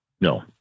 No